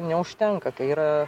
neužtenka kai yra